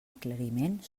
aclariment